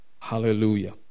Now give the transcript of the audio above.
Hallelujah